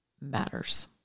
matters